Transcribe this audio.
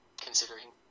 considering